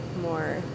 more